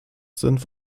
sind